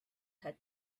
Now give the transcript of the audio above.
had